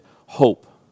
hope